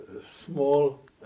small